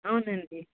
అవునండి